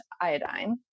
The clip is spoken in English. iodine